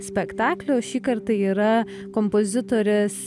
spektaklio šįkart tai yra kompozitorės